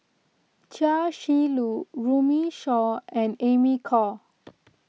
Chia Shi Lu Runme Shaw and Amy Khor